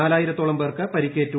നാല്പായിരത്തോളം പേർക്ക് പരിക്കേറ്റു